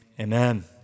amen